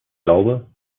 glaube